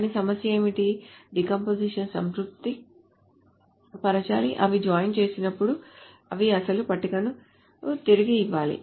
కానీ సమస్య ఏమిటంటే డీకంపోజిషన్ సంతృప్తి పరచాలి అవి జాయిన్ చేసినప్పుడు అవి అసలు పట్టికను తిరిగి ఇవ్వాలి